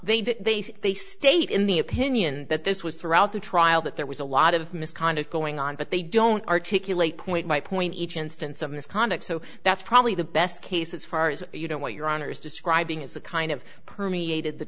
they say they state in the opinion that this was throughout the trial that there was a lot of misconduct going on but they don't articulate point my point each instance of misconduct so that's probably the best case as far as you know what your honor is describing is the kind of permeated the